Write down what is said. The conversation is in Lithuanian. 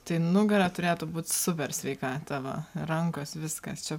tai nugara turėtų būt super sveika tavo rankos viskas čia